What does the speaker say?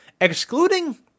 excluding